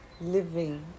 living